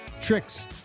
tricks